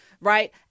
Right